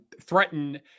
threaten